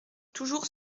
toujours